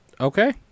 Okay